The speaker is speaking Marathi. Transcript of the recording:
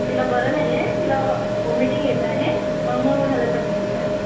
तिला बरं नाही आहे तिला ओमेटिंग येत आहे मळमळ झाल्यासारखं होत आहे